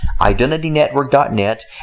IdentityNetwork.net